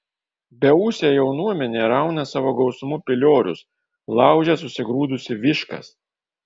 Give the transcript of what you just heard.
beūsė jaunuomenė rauna savo gausumu piliorius laužia susigrūdusi viškas